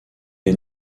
est